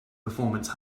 performance